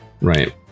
Right